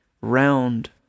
round